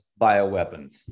bioweapons